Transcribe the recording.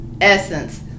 Essence